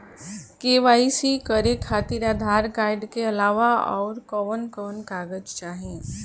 KYC करे खातिर Aadhaar card के अलावा आउरकवन कवन कागज चाहीं?